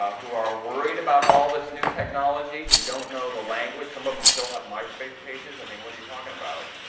who are worried about all this new technology, who don't know the language, some of them still have myspace pages, i mean what are you talking about?